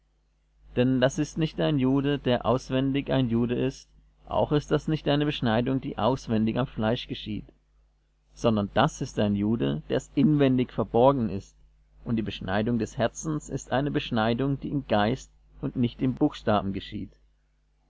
denn das ist nicht ein jude der auswendig ein jude ist auch ist das nicht eine beschneidung die auswendig am fleisch geschieht sondern das ist ein jude der's inwendig verborgen ist und die beschneidung des herzens ist eine beschneidung die im geist und nicht im buchstaben geschieht